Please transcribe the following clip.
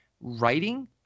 writing –